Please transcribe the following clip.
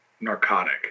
narcotic